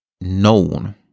known